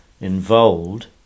involved